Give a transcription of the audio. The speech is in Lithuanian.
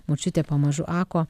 močiutė pamažu ako